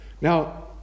Now